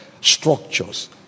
structures